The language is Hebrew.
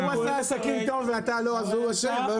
הוא עשה עסקים טוב ואתה לא, אז הוא אשם?